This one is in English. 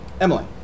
Emily